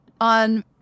on